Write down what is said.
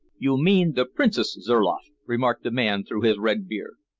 you mean the princess zurloff, remarked the man through his red beard.